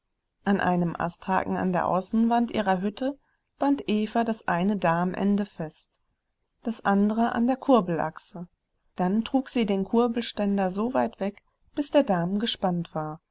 an einem asthaken an der außenwand ihrer hütte band eva das eine darmende fest das andere an der kurbelachse dann trug sie den kurbelständer so weit weg bis der darm gespannt war